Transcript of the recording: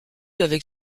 avec